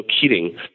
Keating